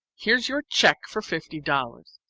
here's your cheque for fifty dollars.